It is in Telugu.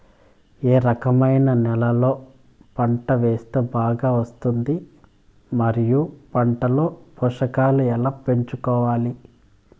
ఏ రకమైన నేలలో పంట వేస్తే బాగా వస్తుంది? మరియు పంట లో పోషకాలు ఎలా పెంచుకోవాలి?